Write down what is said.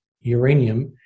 uranium